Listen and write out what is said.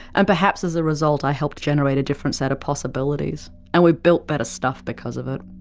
and perhaps as a result i helped generate a different set of possibilities, and we built better stuff because of it.